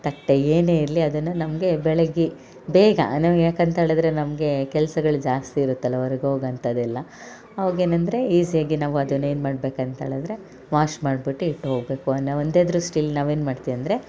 ತಟ್ಟೆ ಏನೇ ಇರಲಿ ಅದನ್ನು ನಮಗೆ ಬೆಳಗ್ಗೆ ಬೇಗ ನಮಗೆ ಯಾಕಂತ್ಹೇಳಿದೆ ನಮಗೆ ಕೆಲ್ಸಗಳು ಜಾಸ್ತಿ ಇರುತ್ತಲ್ಲಾ ಹೊರಗೋಗೋ ಅಂಥದ್ದೆಲ್ಲ ಅವಾಗೇನಂದರೆ ಈಸಿಯಾಗಿ ನಾವು ಅದನ್ನು ಏನು ಮಾಡ್ಬೇಕು ಅಂತ್ಹೇಳಿದರೆ ವಾಶ್ ಮಾಡ್ಬಿಟ್ಟು ಇಟ್ಟು ಹೋಗ್ಬೇಕು ಅನ್ನೋ ಒಂದೇ ದೃಷ್ಟಿಲಿ ನಾವೇನು ಮಾಡ್ತೀವಂದರೆ